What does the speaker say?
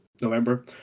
November